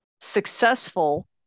successful